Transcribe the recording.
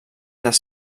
les